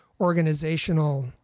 organizational